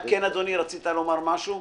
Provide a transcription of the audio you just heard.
כן, אדוני, רצית לומר משהו?